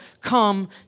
come